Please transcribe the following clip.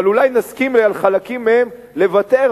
אבל אולי נסכים על חלקים מהם לוותר,